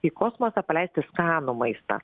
į kosmosą paleisti skanų maistą